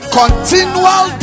continual